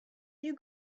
you